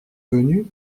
venus